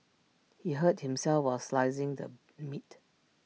he hurt himself while slicing the meat